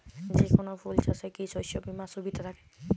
যেকোন ফুল চাষে কি শস্য বিমার সুবিধা থাকে?